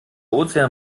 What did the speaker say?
ozean